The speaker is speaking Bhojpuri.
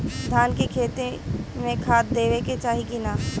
धान के खेती मे खाद देवे के चाही कि ना?